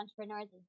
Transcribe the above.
entrepreneurs